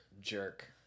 jerk